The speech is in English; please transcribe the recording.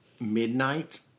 midnight